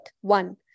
one